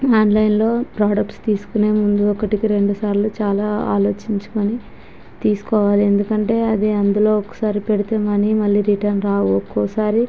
ఆన్లైన్లో ప్రొడక్ట్స్ తీసుకునే ముందు ఒకటికి రెండుసార్లు చాలా ఆలోచించుకుని తీసుకోవాలి ఎందుకంటే అది అందులో ఒకసారి పెడితే మనీ మళ్ళీ రిటర్న్ రావు ఒక్కోసారి